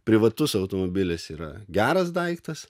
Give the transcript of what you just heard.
privatus automobilis yra geras daiktas